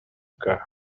car